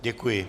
Děkuji.